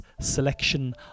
selection